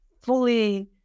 fully